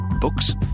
Books